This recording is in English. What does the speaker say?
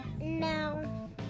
No